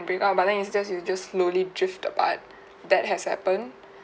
but then it's just you just slowly drift apart that has happened